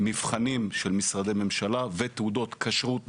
מבחנים של משרדי ממשלה ותעודות כשרות,